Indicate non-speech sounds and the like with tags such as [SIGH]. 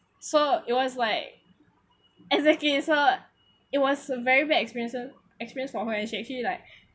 so it was like exactly so it was a very bad experiences experience for her and she actually like [BREATH]